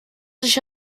sich